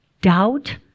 doubt